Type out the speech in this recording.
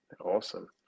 Awesome